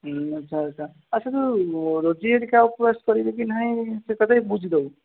ଆଚ୍ଛା ଆଚ୍ଛା ଆଚ୍ଛା ତୁ ରୋଜି ହେରିକା ଉପବାସ କରିବେ କି ନାହିଁ ସେ କଥା ବି ବୁଝିଦେବୁ